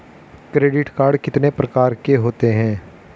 Credit card कितने प्रकार के होते हैं?